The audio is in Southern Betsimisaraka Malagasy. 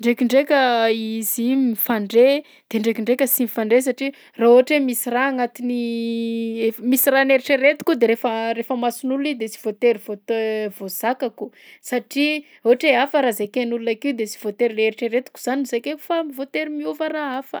Ndraikindraika izy io mifandray de ndraikindraika sy mifandray satria raha ohatra hoe misy raha agnatin'ny ef- misy raha niheritreretiko io de rehefa rehefa amason'olona io de sy voatery voat- voazakako satria ohatra hoe hafa raha zakain'olona akeo de sy voatery le heritreretiko zany zakaiko fa voatery miova raha hafa.